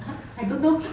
ha I don't know